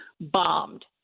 bombed